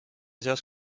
seas